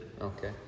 Okay